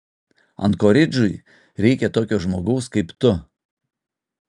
ankoridžui reikia tokio žmogaus kaip tu